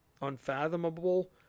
unfathomable